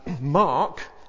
Mark